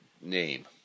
name